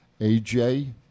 AJ